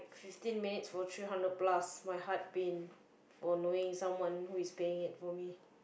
fifteen minutes for three hundred plus my heart pain for knowing someone who is paying it for me